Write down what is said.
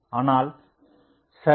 ஆனால் ஷர்